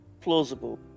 Plausible